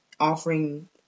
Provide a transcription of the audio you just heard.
offering